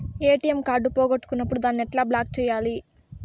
ATM card పోగొట్టుకున్నప్పుడు దాన్ని ఎట్లా బ్లాక్ సేయాలి